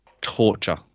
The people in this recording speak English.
torture